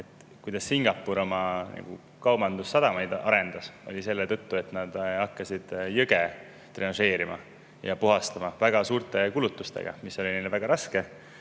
kuidas Singapur oma kaubandussadamaid arendas. See toimus selle tõttu, et nad hakkasid jõge drenažeerima ja puhastama väga suurte kulutustega, see oli neile väga raske,